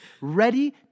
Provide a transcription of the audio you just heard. Ready